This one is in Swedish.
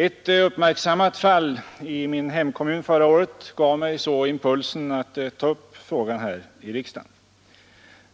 Ett uppmärksammat fall i min hemkommun förra året gav mig så impulsen att ta upp frågan här i riksdagen.